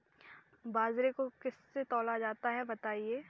बाजरे को किससे तौला जाता है बताएँ?